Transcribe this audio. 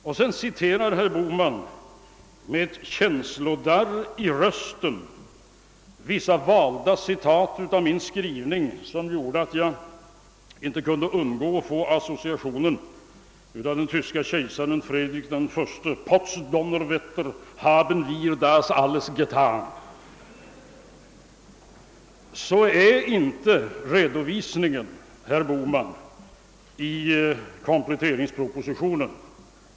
Sedan citerade herr Bohman med känslodarr i rösten vissa valda delar av min skrivning i kompletteringspropositionen. Jag kunde inte undgå att få associationen till den tyske kejsaren Fredrik I som lär ha sagt: »Potz Donnerwetter, haben wir das alles getan!» Sådan är inte, herr Bohman, redovisningen i kompletteringspropositionen.